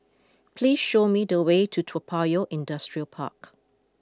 please show me the way to Toa Payoh Industrial Park